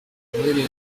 umuhererezi